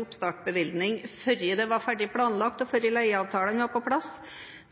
oppstartsbevilgning før det var ferdig planlagt og før leieavtalene var på plass.